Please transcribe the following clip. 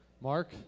Mark